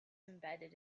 embedded